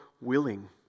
willing